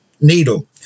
needle